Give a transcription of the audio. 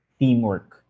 teamwork